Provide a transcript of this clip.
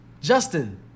Justin